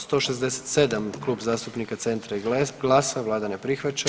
167, Klub zastupnika Centra i GLAS-a, Vlada ne prihvaća.